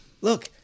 look